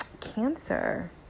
cancer